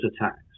attacks